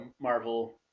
Marvel